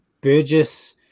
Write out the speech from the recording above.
Burgess